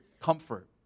comfort